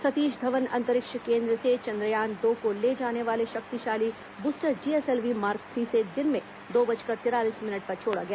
सतीश धवन अंतरिक्ष केन्द्र से चन्द्रयान दो को ले जाने वाले शक्तिशाली बूस्टर जीएसएलवी मार्क थ्री से दिन में दो बजकर तिरालीस मिनट पर छोड़ा गया